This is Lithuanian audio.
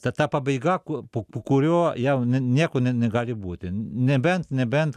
ta ta pabaiga kuo po po kurio jau ne nieko ne negali būti nebent nebent